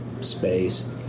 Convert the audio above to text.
space